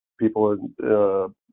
people